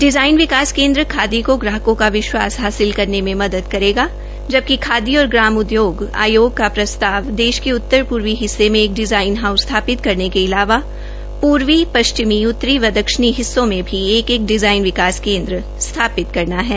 design विकास केन्द्र खादी को ग्राहकों का विश्वास हासिल करने में मदद करेगा जबकि खादी और ग्रामोद्योग आयोग का प्रस्ताव देश के उत्तरपूर्वी हिस्सों मे एक डिज़ाइन हाउस स्थापित पश्चिमी उत्तरी व दक्षिणी हिस्सों में भी एक एक डिज़ाइन विकास केन्द्र स्थापित करना है